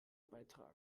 beitragen